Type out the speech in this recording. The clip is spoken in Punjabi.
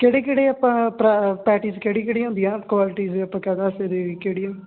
ਕਿਹੜੇ ਕਿਹੜੇੇ ਆਪਾਂ ਪ੍ਰ ਪੈਟੀਜ਼ ਕਿਹੜੀ ਕਿਹੜੀ ਹੁੰਦੀਆਂ ਕੁਆਲਿਟੀਜ਼ ਆਪਾਂ ਕਾਹਦੇ ਵਾਸਤੇ ਦੇ ਕਿਹੜੀਆਂ